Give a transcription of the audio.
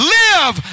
live